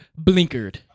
blinkered